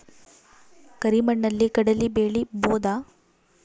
ಕರಿ ಮಣ್ಣಲಿ ಕಡಲಿ ಬೆಳಿ ಬೋದ?